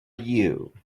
you